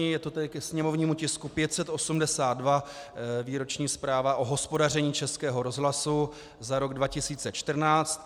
Je to ke sněmovnímu tisku 582 Výroční zpráva o hospodaření Českého rozhlasu za rok 2014.